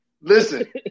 listen